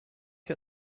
get